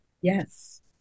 Yes